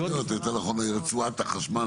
של רצועת החשמל?